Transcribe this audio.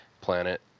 planet